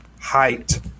height